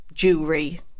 Jewelry